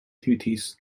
duties